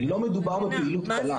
לא מדובר בפעילות קלה.